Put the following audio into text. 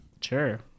sure